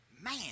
man